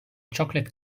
chocolate